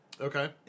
Okay